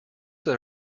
that